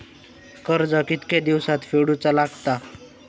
कर्ज कितके दिवसात फेडूचा लागता?